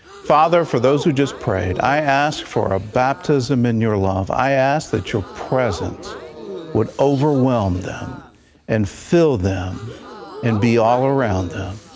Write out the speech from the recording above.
father, for those who just prayed, i ask for a baptism in your love. i ask that your presence would overwhelm them and fill them and be all around them.